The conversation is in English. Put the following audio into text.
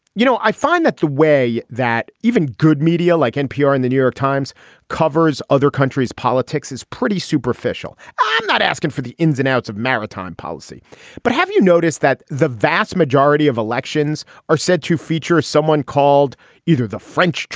you know i find that the way that even good media like npr and the new york times covers other countries politics is pretty superficial. i'm not asking for the ins and outs of maritime policy but have you noticed that the vast majority of elections are said to feature someone called either the french.